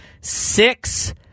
six